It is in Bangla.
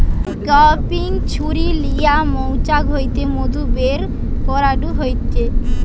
অংক্যাপিং ছুরি লিয়া মৌচাক হইতে মধু বের করাঢু হতিছে